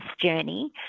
journey